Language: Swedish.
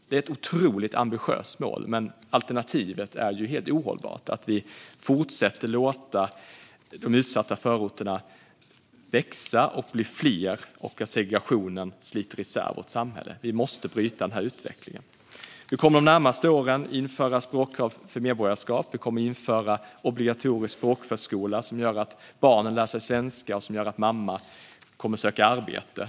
Det är ett otroligt ambitiöst mål, men alternativet är ohållbart: att vi fortsätter låta de utsatta förorterna växa och bli fler och att segregationen sliter isär vårt samhälle. Vi måste bryta den utvecklingen. Vi kommer under de närmaste åren att införa språkkrav för medborgarskap. Vi kommer att införa obligatorisk språkförskola, som gör att barnen lär sig svenska och som gör att mammor kommer att söka arbete.